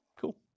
Cool